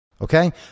okay